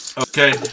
Okay